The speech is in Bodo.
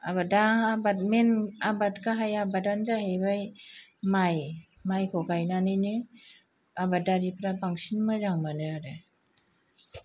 आबादा मेन आबाद गाहाय आबादा जाहैबाय माय मायखौ गायनानैनो आबादारिफ्रा बांसिन मोजां मोनो आरो